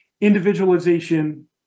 individualization